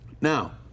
Now